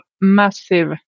massive